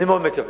אני מאוד מקווה.